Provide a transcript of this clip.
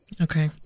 okay